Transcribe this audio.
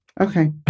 Okay